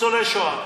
ניצולי שואה,